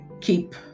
keep